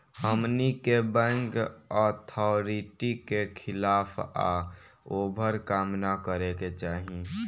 हमनी के bank authority के खिलाफ या ओभर काम न करे के चाही